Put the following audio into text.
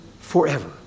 forever